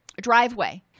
driveway